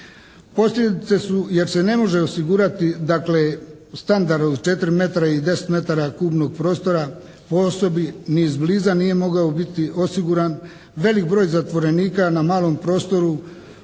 Posljedice su, jer se ne može osigurati dakle standard od 4 metra i 10 metara kubnog prostora po osobi, ni izbliza nije mogao biti osiguran, velik broj zatvorenika na malom prostoru,